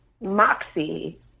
moxie